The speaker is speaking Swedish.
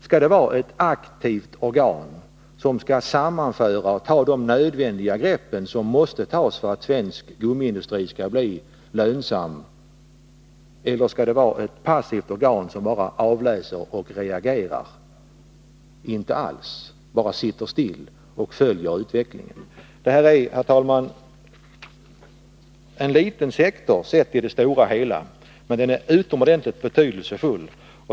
Skall det vara ett aktivt organ, som skall sammanföra förutsättningarna och ta de nödvändiga grepp som måste tas för att svensk gummiindustri skall bli lönsam, eller skall det vara ett passivt organ, som bara avläser men inte alls reagerar utan bara sitter stilla och följer utvecklingen? Denna industrisektor, herr talman, är bara en liten del i den stora helheten, men den är trots detta utomordentligt betydelsefull.